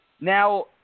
Now